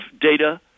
data